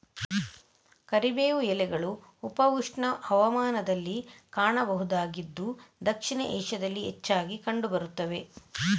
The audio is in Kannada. ಕರಿಬೇವು ಎಲೆಗಳು ಉಪ ಉಷ್ಣ ಹವಾಮಾನದಲ್ಲಿ ಕಾಣಬಹುದಾಗಿದ್ದು ದಕ್ಷಿಣ ಏಷ್ಯಾದಲ್ಲಿ ಹೆಚ್ಚಾಗಿ ಕಂಡು ಬರುತ್ತವೆ